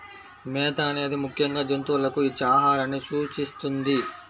మేత అనేది ముఖ్యంగా జంతువులకు ఇచ్చే ఆహారాన్ని సూచిస్తుంది